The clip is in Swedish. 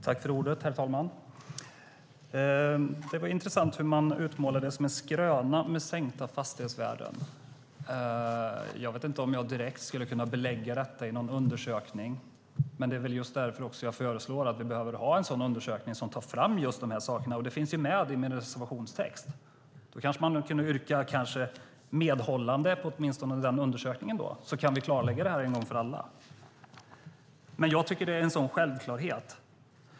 Herr talman! Det var intressant hur man utmålade sänkta fastighetsvärden som en skröna. Jag vet inte om jag direkt skulle kunna belägga detta i någon undersökning, men det är väl just därför som jag föreslår en sådan undersökning som tar fram just de här sakerna, och det finns också med i min reservationstext. Då kanske jag skulle kunna yrka på instämmande i behovet av en sådan undersökning, så kan vi klarlägga det en gång för alla, men jag tycker att det är en sådan självklarhet.